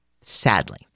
sadly